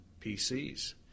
PCs